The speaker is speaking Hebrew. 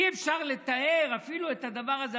אי-אפשר לתאר אפילו את הדבר הזה.